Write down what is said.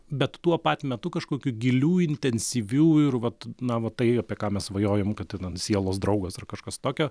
bet tuo pat metu kažkokių gilių intensyvių ir vat na va tai apie ką mes svajojom kad ten an sielos draugas ar kažkas tokio